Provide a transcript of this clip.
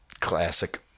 classic